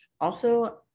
also-